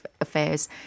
affairs